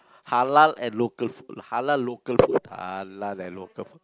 halal and local food halal local food halal and local